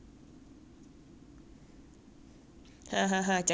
讲几年 liao 省钱省个屁 lah